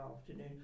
afternoon